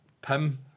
Pim